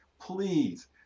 please